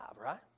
right